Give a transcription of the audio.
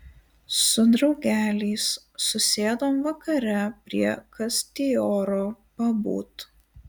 su draugeliais susėdom vakare prie kastioro pabūt